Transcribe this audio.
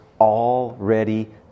already